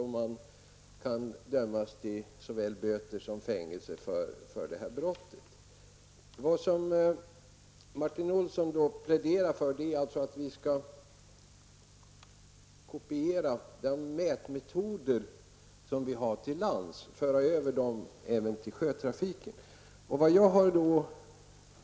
Och man kan dömas till såväl böter som fängelse för detta brott. Martin Olsson pläderar alltså för att man skall använda de mätmetoder som används till lands även till sjöss.